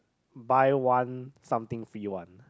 buy one something free one